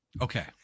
Okay